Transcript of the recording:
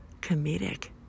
comedic